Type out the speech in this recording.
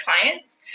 clients